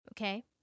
okay